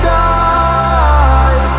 die